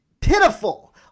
pitiful